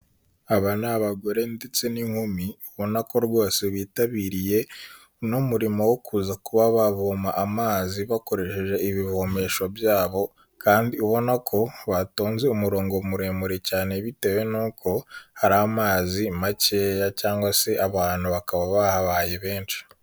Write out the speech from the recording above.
Aba ni abagore ndetse n'inkumi, ubona ko rwose bitabiriye uno murimo wo kuza kuba bavoma amazi bakoresheje ibivomesho byabo, kandi ubona ko batonze umurongo muremure cyane bitewe n'uko hari amazi makeya, cyangwa se abantu bakaba bahabaye benshi.